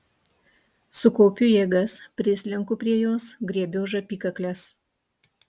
sukaupiu jėgas prislenku prie jos griebiu už apykaklės